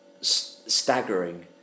staggering